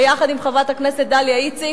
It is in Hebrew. ביחד עם חברת הכנסת דליה איציק,